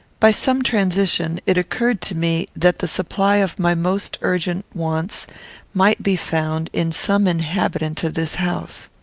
by some transition it occurred to me that the supply of my most urgent wants might be found in some inhabitant of this house.